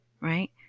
right